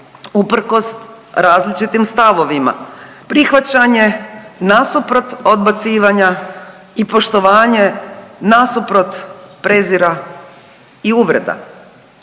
uprkos različitim stavovima, prihvaćanje nasuprot odbacivanja i poštovanje nasuprot prezira i uvreda.